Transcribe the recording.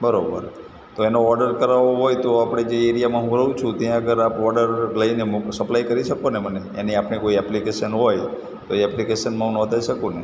બરાબર તો એનો ઓડર કરાવવો હોય તો આપણે જે એરિયામાં હું રહું છું ત્યાં આગળ આપ ઓડર લઇને મોકલ સપ્લાય કરી શકો ને મને એની આપણે કોઈ એપ્લિકેશન હોય તો એ એપ્લિકેશનમાં હું નોંધાવી શકું ને